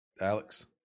Alex